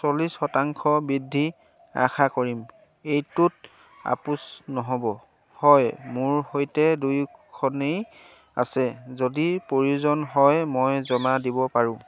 চল্লিছ শতাংশ বৃদ্ধি আশা কৰিম এইটোত আপোচ নহ'ব হয় মোৰ সৈতে দুয়োখনেই আছে যদি প্ৰয়োজন হয় মই জমা দিব পাৰো